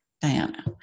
Diana